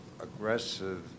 aggressive